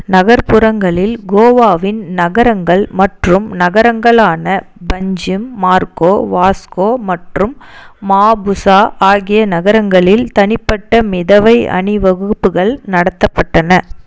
நகர்ப்புறங்களில் கோவாவின் நகரங்கள் மற்றும் நகரங்களான பஞ்சிம் மார்கோ வாஸ்கோ மற்றும் மாபுசா ஆகிய நகரங்களில் தனிப்பட்ட மிதவை அணிவகுப்புகள் நடத்தப்பட்டன